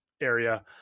area